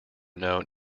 known